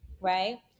right